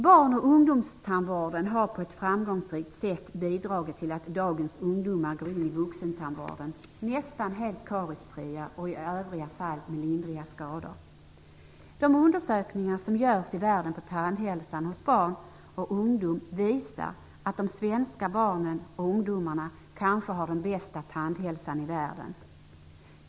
Barn och ungdomstandvården har på ett framgångsrikt sätt bidragit till att dagens ungdomar går in i vuxentandvården nästan helt kariesfria och i övriga fall med lindriga skador. De undersökningar som görs i världen på tandhälsan hos barn och ungdom visar att de svenska barnen och ungdomarna kanske har den bästa tandhälsan i vården.